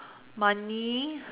money